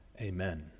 Amen